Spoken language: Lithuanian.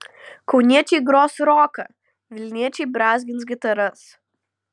kauniečiai gros roką vilniečiai brązgins gitaras